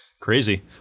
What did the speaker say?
Crazy